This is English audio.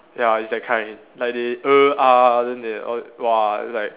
ya it's that kind like they err uh then they err !wah! it's like